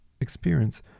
experience